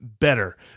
better